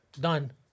Done